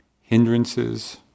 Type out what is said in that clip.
Hindrances